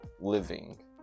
living